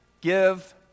give